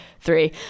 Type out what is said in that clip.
three